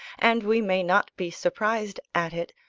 and we may not be surprised at it,